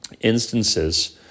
instances